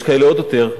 יש כאלה שעוד יותר,